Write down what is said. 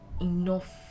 enough